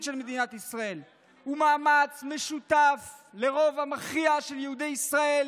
של מדינת ישראל הוא מאמץ משותף לרוב המכריע של יהודי ישראל